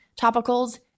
topicals